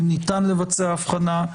האם ניתן לבצע אבחנה,